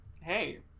Hey